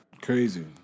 Crazy